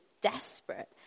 desperate